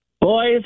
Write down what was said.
Boys